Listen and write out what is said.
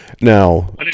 Now